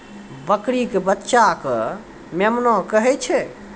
बकरी के बच्चा कॅ मेमना कहै छै